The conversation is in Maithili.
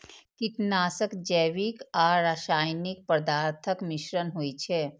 कीटनाशक जैविक आ रासायनिक पदार्थक मिश्रण होइ छै